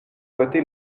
voté